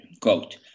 quote